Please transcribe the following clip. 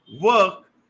work